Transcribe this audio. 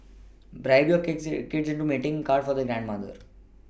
bribe your kids kids into making a card for their grandmother